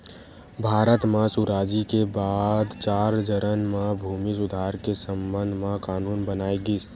भारत म सुराजी के बाद चार चरन म भूमि सुधार के संबंध म कान्हून बनाए गिस